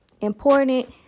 important